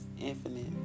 infinite